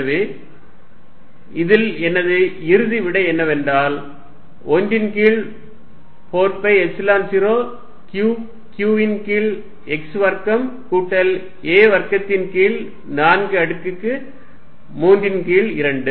எனவே இதில் எனது இறுதி விடை என்னவென்றால்1 ன் கீழ் 4 பை எப்சிலன் 0 Q q ன் கீழ் x வர்க்கம் கூட்டல் a வர்க்கத்தின் கீழ் 4 அடுக்கு 3 ன் கீழ் 2